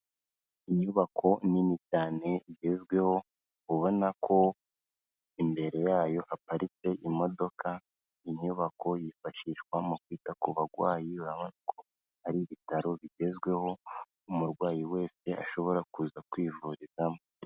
Inyubako nini cyane igezweho ubona ko imbere yayo haparitse imodoka, inyubako yifashishwa mu kwita ku barwayi, urabona ko ari ibitaro bigezweho umurwayi wese ashobora kuza kwivurizamo.